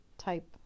Type